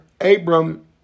Abram